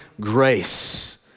grace